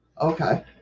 Okay